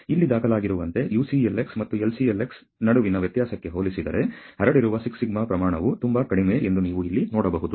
ಇಲ್ಲಿ ದಾಖಲಾಗಿರುವಂತೆ UCLx ಮತ್ತು LCLx ನಡುವಿನ ವ್ಯತ್ಯಾಸಕ್ಕೆ ಹೋಲಿಸಿದರೆ ಹರಡಿರುವ 6σ ಪ್ರಮಾಣವು ತುಂಬಾ ಕಡಿಮೆ ಎಂದು ನೀವು ಇಲ್ಲಿ ನೋಡಬಹುದು